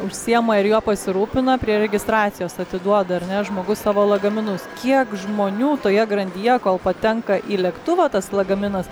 užsiima ir juo pasirūpina prie registracijos atiduoda ar ne žmogus savo lagaminus kiek žmonių toje grandyje kol patenka į lėktuvą tas lagaminas